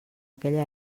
aquella